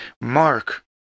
Mark